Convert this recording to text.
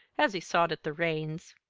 as he sawed at the reins.